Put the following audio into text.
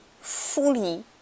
fully